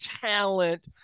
talent